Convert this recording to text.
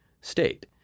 state